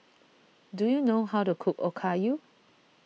do you know how to cook Okayu